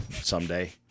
someday